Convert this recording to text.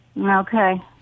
Okay